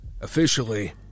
Officially